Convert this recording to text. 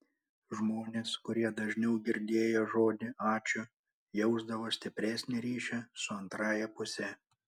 žmonės kurie dažniau girdėjo žodį ačiū jausdavo stipresnį ryšį su antrąja puse